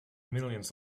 millions